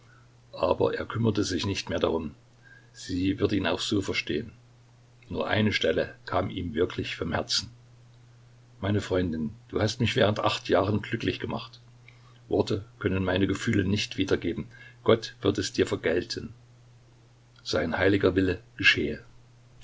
aber er kümmerte sich nicht mehr darum sie wird ihn auch so verstehen nur eine stelle kam wirklich vom herzen meine freundin du hast mich während acht jahren glücklich gemacht worte können meine gefühle nicht wiedergeben gott wird es dir vergelten sein heiliger wille geschehe